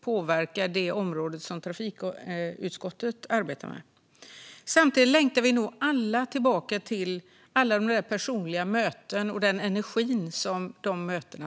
påverkar det område som trafikutskottet arbetar med. Samtidigt längtar vi nog alla tillbaka till de där personliga mötena och den energi som de skapar.